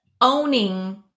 owning